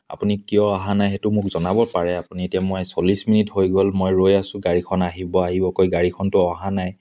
আপুনি কিয় অহা নাই সেইটো মোক জনাব পাৰে আপুনি এতিয়া মই চল্লিছ মিনিট হৈ গ'ল মই ৰৈ আছোঁ গাড়ীখন আহিব আহিব কৈ গড়ীখনতো অহা নাই